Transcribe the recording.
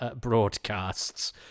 broadcasts